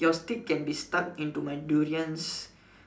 your steak can be stuck into my durian's